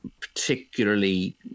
particularly